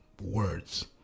words